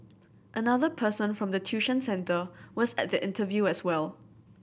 another person form the tuition centre was at the interview as well